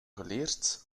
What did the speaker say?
geleerd